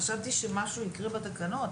חשבתי שמשהו יקרה בתקנות,